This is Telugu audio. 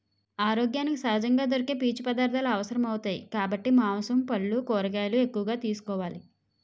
ఆరోగ్యానికి సహజంగా దొరికే పీచు పదార్థాలు అవసరమౌతాయి కాబట్టి మాంసం, పల్లు, కూరగాయలు ఎక్కువగా తీసుకోవాలి